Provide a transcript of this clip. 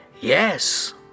Yes